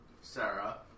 Sarah